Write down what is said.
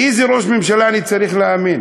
לאיזה ראש ממשלה אני צריך להאמין.